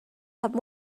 have